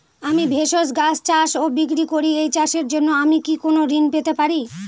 আমি ভেষজ গাছ চাষ ও বিক্রয় করি এই চাষের জন্য আমি কি কোন ঋণ পেতে পারি?